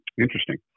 Interesting